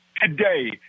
today